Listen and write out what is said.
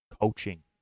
Coaching